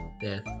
death